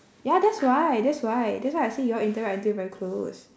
ya that's why that's why that's why I say y'all interact until very close